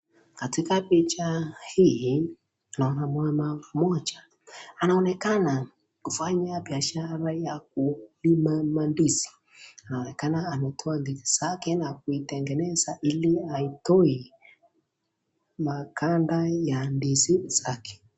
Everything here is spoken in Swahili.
Katika picha hii tunaona mama mmjoa, anaonekana kufanya biashara ya kulima mandizi, anaonekana ametoa ndizi zake na kuitengeneza ili aitoe maganda ya ndizi zake.